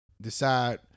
decide